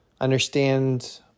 understand